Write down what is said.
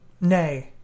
Nay